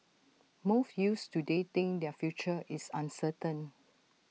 most youths today think their future is uncertain